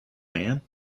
man